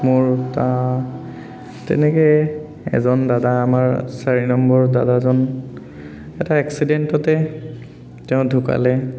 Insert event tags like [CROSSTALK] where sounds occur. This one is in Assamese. মোৰ [UNINTELLIGIBLE] তেনেকেই এজন দাদা আমাৰ চাৰি নম্বৰ দাদাজন এটা এক্সিডেন্টতে তেওঁ ঢুকালে